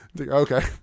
Okay